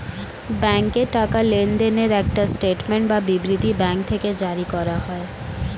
ব্যাংকে টাকা লেনদেনের একটা স্টেটমেন্ট বা বিবৃতি ব্যাঙ্ক থেকে জারি করা হয়